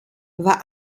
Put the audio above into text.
war